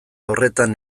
horretan